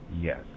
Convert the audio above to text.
yes